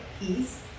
peace